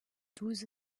douze